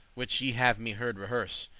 which ye have me heard rehearse,